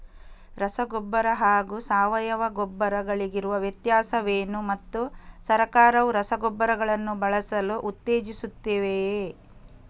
ರಸಗೊಬ್ಬರ ಹಾಗೂ ಸಾವಯವ ಗೊಬ್ಬರ ಗಳಿಗಿರುವ ವ್ಯತ್ಯಾಸವೇನು ಮತ್ತು ಸರ್ಕಾರವು ರಸಗೊಬ್ಬರಗಳನ್ನು ಬಳಸಲು ಉತ್ತೇಜಿಸುತ್ತೆವೆಯೇ?